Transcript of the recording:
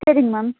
செரிங்க மேம்